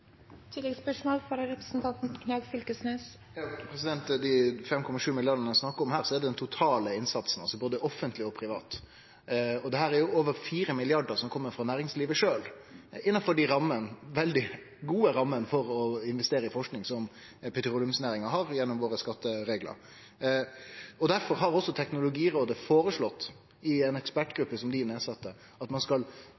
Dei 5,7 mrd. kr det er snakk om, er den totale innsatsen – altså både offentleg og privat. Av dette kjem over 4 mrd. kr frå næringslivet sjølv innanfor dei veldig gode rammene for å investere i forsking som petroleumsnæringa har gjennom våre skattereglar. Difor har også ei ekspertgruppe som Teknologirådet sette ned, foreslått at ein